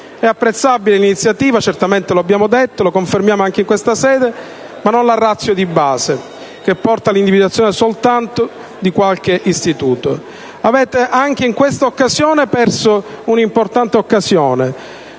È apprezzabile l'iniziativa (l'abbiamo detto e lo confermiamo in questa sede), ma non la *ratio* di base, che porta all'individuazione soltanto di qualche istituto. Anche in questa occasione avete perso un'importante occasione.